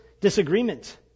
disagreement